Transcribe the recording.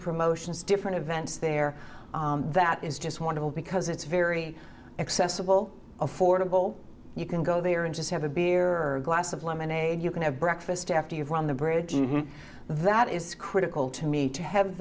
promotions different events there that is just want to because it's very accessible affordable you can go there and just have a beer or glass of lemonade you can have breakfast after you've won the bridge and that is critical to me to have